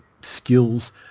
skills